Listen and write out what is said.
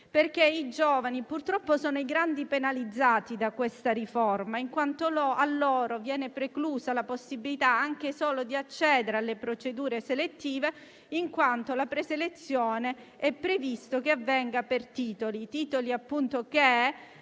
I giovani purtroppo sono i grandi penalizzati da questa riforma: a loro viene preclusa la possibilità anche solo di accedere alle procedure selettive in quanto la preselezione è previsto che avvenga per titoli,